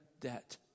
debt